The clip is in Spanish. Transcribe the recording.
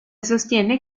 sostiene